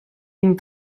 jim